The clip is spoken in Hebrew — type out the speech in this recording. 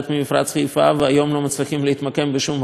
והיום לא מצליחים להתמקם בשום מקום אחר בארץ,